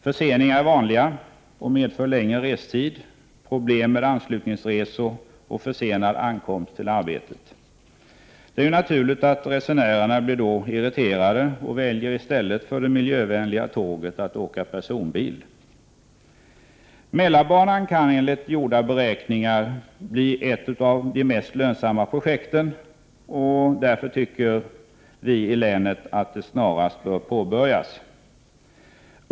Förseningar är vanliga och medför längre restid, problem med anslutningsresor och försenad ankomst till arbetet. Det är naturligt att resenärerna då blir irriterade och i stället för det miljövänliga tåget väljer att åka personbil. Mälarbanan kan enligt gjorda beräkningar bli ett av de mest lönsamma projekten och därför anser vi som bor i länet att det snarast bör påbörjas.